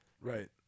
Right